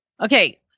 Okay